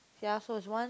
ya so is one